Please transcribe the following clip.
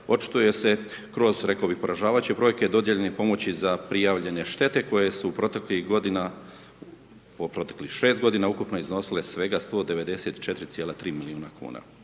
očituje se kroz, rekao bih poražavajuće brojke dodijeljene pomoći za prijavljene štete, koje su proteklih godina, po proteklih 6 godina ukupno iznosile 194,3 milijuna kuna.